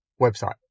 website